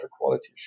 quality